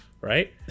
right